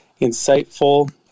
insightful